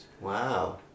Wow